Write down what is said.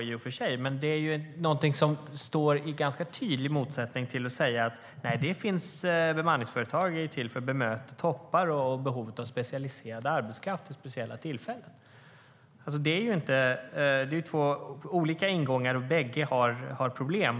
I alla fall är det någonting som står i ganska tydlig motsättning till att å andra sidan säga att bemanningsföretag är till för att bemöta toppar och behovet av specialiserad arbetskraft vid speciella tillfällen. Det är två olika ingångar, och bägge har problem.